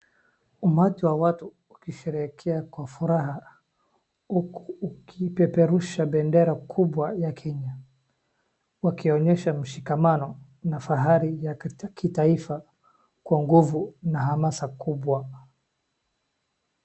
Umati wa watu ukisherehekea kwa furaha huku ukipeperusha bendera kubwa ya Kenya, wakionyesha mshikamano na fahari ya kitaifa kwa nguvu na hamasa kubwa.